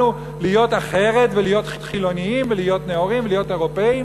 להיות אחרת ולהיות חילונים ולהיות נאורים ולהיות אירופים?